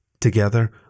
Together